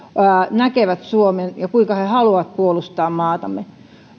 näkevät suomen ja kuinka he he haluavat puolustaa maatamme